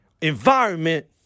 environment